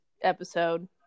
episode